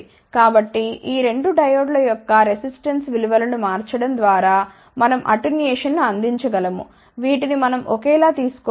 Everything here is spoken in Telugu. కాబట్టి ఈ 2 డయోడ్ల యొక్క రెసిస్టెన్స్ విలు వలను మార్చడం ద్వారా మనం అటెన్యుయేషన్ను అందించగలము వీటిని మనం ఒకేలా తీసుకో వాలి